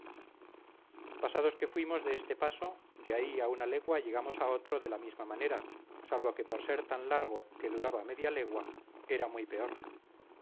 pasados que fuimos de este paso de ahí a una legua llegamos a otro de la misma manera salvo que por ser tan largo que duraba media legua era muy peor